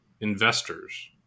investors